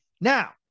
Now